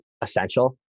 essential